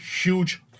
huge